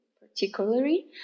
particularly